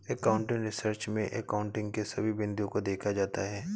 accounting research में accounting के सभी बिंदुओं को देखा जाता है